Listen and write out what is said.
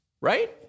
right